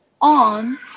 on